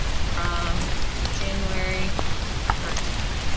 from january thirteenth